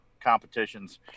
competitions